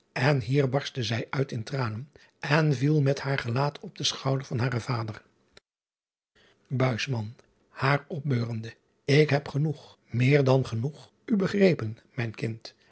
en hier barstte zij uit in tranen en viel met haar gelaat op den schouder van haren vader aar opbeurende k heb genoeg meer dan genoeg u begrepen mijn kind